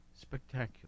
spectacular